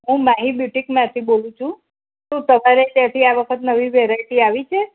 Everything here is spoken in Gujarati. હું મહી બ્યુટિક માંથી બોલું છું તમારે ત્યાંથી આ વખત નવી વેરાયટી આવી છે